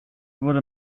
wurde